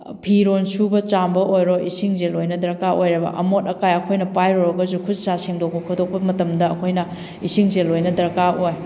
ꯐꯤꯔꯣꯜ ꯁꯨꯕ ꯆꯥꯝꯕ ꯑꯣꯏꯔꯣ ꯏꯁꯤꯡꯁꯦ ꯂꯣꯏꯅ ꯗꯔꯀꯥꯔ ꯑꯣꯏꯌꯦꯕ ꯑꯃꯣꯠ ꯑꯀꯥꯏ ꯑꯩꯈꯣꯏꯅ ꯄꯥꯏꯔꯨꯔꯒꯁꯨ ꯈꯨꯠ ꯁꯥ ꯁꯦꯡꯗꯣꯛ ꯈꯣꯇꯣꯛꯄ ꯃꯇꯝꯗ ꯑꯩꯈꯣꯏꯅ ꯏꯁꯤꯡꯁꯦ ꯂꯣꯏꯅ ꯗꯔꯀꯥꯔ ꯑꯣꯏ